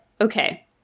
okay